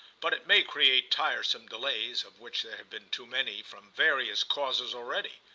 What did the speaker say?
but it may create tiresome delays, of which there have been too many, from various causes, already.